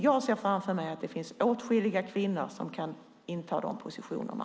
Jag ser framför mig att det finns åtskilliga kvinnor som kan inta de positionerna.